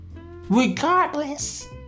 regardless